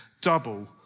double